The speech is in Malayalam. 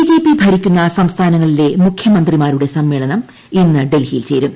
ബിജെപി ഭരിക്കുന്ന സംസ്ഥാനങ്ങളിലെ മുഖ്യമന്ത്രിമാരുടെ സമ്മേളനം ഇന്ന് ഡൽഹിയിൽ ചേരും